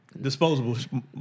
Disposable